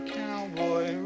cowboy